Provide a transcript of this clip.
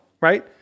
Right